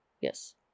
Yes